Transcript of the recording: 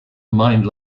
mind